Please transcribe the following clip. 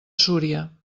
súria